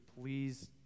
please